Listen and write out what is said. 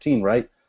right